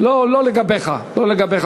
לא לגביך, לא לגביך.